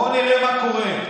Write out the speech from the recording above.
בואו נראה מה קורה: